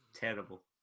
terrible